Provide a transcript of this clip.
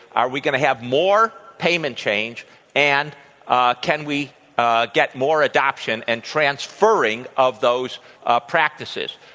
are we going to have more payment change and ah can we ah get more adoption and transferring of those ah practices.